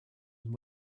and